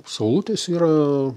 saulutės yra